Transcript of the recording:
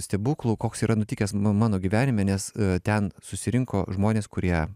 stebuklų koks yra nutikęs nu mano gyvenime nes ten susirinko žmonės kurie